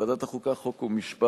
ועדת החוקה, חוק ומשפט